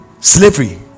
slavery